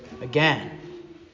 again